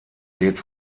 geht